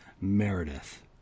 Meredith